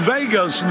Vegas